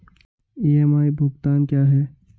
EMI भुगतान क्या है?